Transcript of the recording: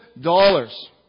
dollars